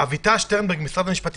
אביטל שטרנברג ממשרד המשפטים,